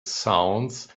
sounds